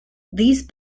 these